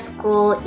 School